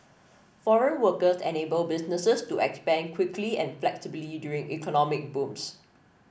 foreign workers enable businesses to expand quickly and flexibly during economic booms